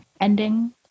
ending